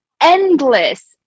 endless